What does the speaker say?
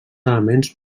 elements